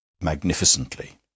magnificently